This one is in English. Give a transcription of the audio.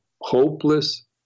hopeless